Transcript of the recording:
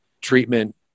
treatment